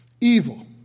Evil